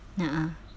ah